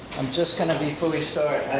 just gonna before we start,